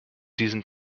diesen